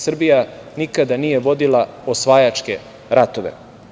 Srbija nikada nije vodila osvajačke ratove.